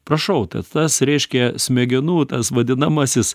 prašau tas reiškia smegenų tas vadinamasis